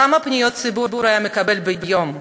כמה פניות ציבור היה מקבל ביום.